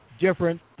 different